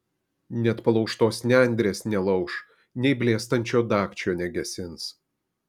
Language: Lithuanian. net palaužtos nendrės nelauš nei blėstančio dagčio negesins